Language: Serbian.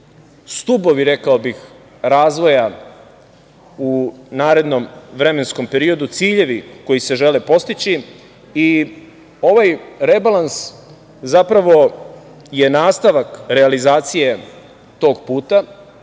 stubovi, rekao bih, razvoja u narednom vremenskom periodu, ciljevi koji se žele postići i ovaj rebalans zapravo je nastavak realizacije tog puta,